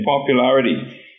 popularity